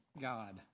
God